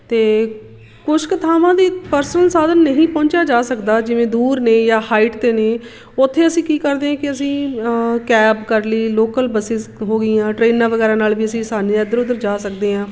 ਅਤੇ ਕੁਛ ਕੁ ਥਾਵਾਂ ਦੀ ਪਰਸਨਲ ਸਾਧਨ ਨਹੀਂ ਪਹੁੰਚਿਆ ਜਾ ਸਕਦਾ ਜਿਵੇਂ ਦੂਰ ਨੇ ਜਾਂ ਹਾਈਟ 'ਤੇ ਨੇ ਉੱਥੇ ਅਸੀਂ ਕੀ ਕਰਦੇ ਹਾਂ ਕਿ ਅਸੀਂ ਕੈਬ ਕਰ ਲਈ ਲੋਕਲ ਬੱਸਿਸ ਹੋ ਗਈਆਂ ਟ੍ਰੇਨਾਂ ਵਗੈਰਾ ਨਾਲ ਵੀ ਅਸੀਂ ਆਸਾਨੀ ਨਾਲ ਇੱਧਰ ਉੱਧਰ ਜਾ ਸਕਦੇ ਹਾਂ